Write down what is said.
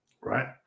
right